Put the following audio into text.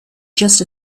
just